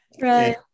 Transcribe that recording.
Right